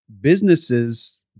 businesses